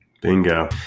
Bingo